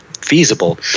feasible